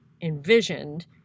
envisioned